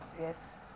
Yes